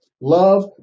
Love